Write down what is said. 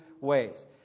ways